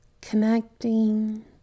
connecting